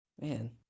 Man